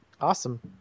Awesome